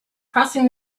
crossing